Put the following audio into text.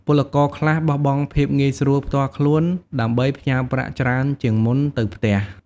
ពលករខ្លះបោះបង់ភាពងាយស្រួលផ្ទាល់ខ្លួន ដើម្បីផ្ញើប្រាក់ច្រើនជាងមុនទៅផ្ទះ។